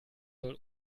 soll